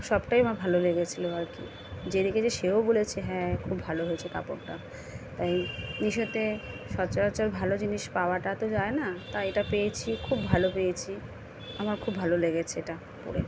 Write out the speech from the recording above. সবটাই আমার ভালো লেগেছিলো আর কি যে রেখেছে সেও বলেছে হ্যাঁ খুব ভালো হয়েছে কাপড়টা তাই মিসোতে সচরাচর ভালো জিনিস পাওয়াটা তো যায় না তাই এটা পেয়েছি খুব ভালো পেয়েছি আমার খুব ভালো লেগেছে এটা পরে